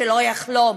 שלא יחלום.